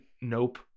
nope